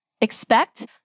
expect